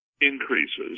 increases